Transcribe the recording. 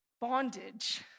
bondage